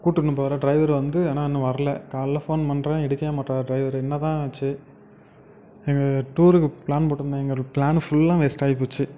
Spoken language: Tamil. கூட்டுனு போகிற ட்ரைவர் வந்து ஆனால் இன்னும் வரல காலையில் ஃபோன் பண்ணுறேன் எடுக்கவே மாட்டுறாரு ட்ரைவரு என்ன தான் ஆச்சு எங்கள் டூருக்கு ப்ளான் போட்டிருந்தேன் எங்களோட ப்ளானு ஃபுல்லாக வேஸ்டாகி போச்சு